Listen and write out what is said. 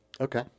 Okay